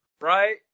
right